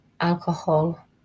alcohol